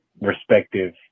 respective